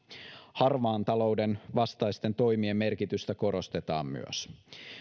harmaan talouden vastaisten toimien merkitystä korostetaan myös